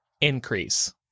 increase